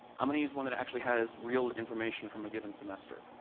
am going to use one that actually has real information from a given semester.